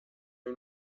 nur